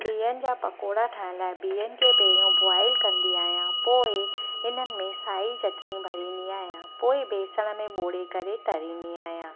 बीहनि जा पकौड़ा ठाहिण लाइ बीहनि खे पहिरियों बॉइल कंदी आहियां पोइ हिननि में साई चटणी भरींदी आहियां पोइ बेसण में ॿोरे करे तरींदी आहियां